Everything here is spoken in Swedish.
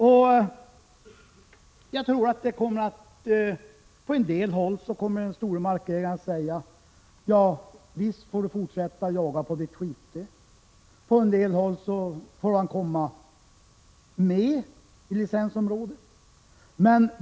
På en del håll kommer troligen de större markägarna att säga: Visst får du fortsätta att jaga på ditt skifte. På andra håll får han komma med i licensområdet.